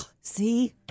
See